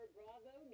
Bravo